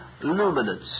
luminance